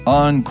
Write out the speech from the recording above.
on